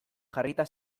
jarrita